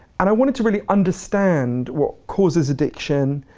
and i wanted to really understand what causes addiction,